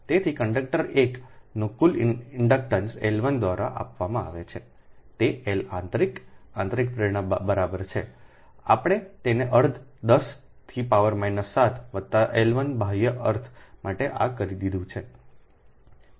તેથી કંડક્ટર 1 નો કુલ ઇન્ડક્શનન્સ L1 દ્વારા આપવામાં આવે છે તે L આંતરિક આંતરિક પ્રેરણા બરાબર છે આપણે તેને અર્ધ 10 થી પાવર માઈનસ 7 વત્તા L1 બાહ્ય અર્થ માટે આ કરી દીધું છે